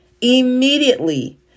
Immediately